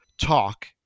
talk